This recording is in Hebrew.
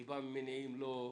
אני רוצה לומר בזה,